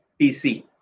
PC